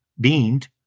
beamed